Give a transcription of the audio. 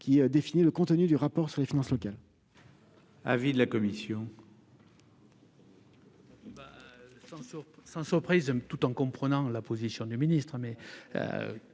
qui définit le contenu du rapport sur les finances locales.